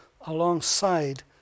alongside